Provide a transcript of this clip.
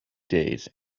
days